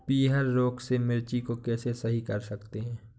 पीहर रोग से मिर्ची को कैसे सही कर सकते हैं?